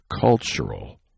cultural